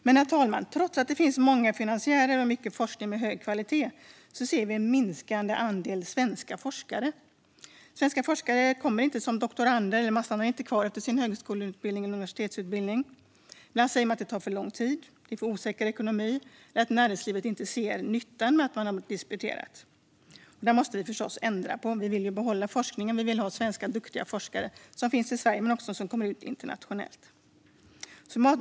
Herr talman! Trots att det finns många finansiärer och mycket forskning av hög kvalitet ser vi en minskande andel svenska forskare. Svenska forskare kommer inte som doktorander. De stannar inte kvar efter sin högskole eller universitetsutbildning. Ibland säger de att det tar för lång tid. Det är för osäker ekonomi. Näringslivet ser inte nyttan med att de har disputerat. Det måste vi förstås ändra på om vi vill behålla forskningen och ha duktiga svenska forskare i Sverige som också kommer ut internationellt.